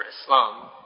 Islam